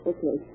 Okay